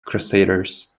crusaders